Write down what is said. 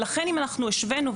ולכן אם אנחנו השווינו,